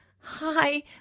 Hi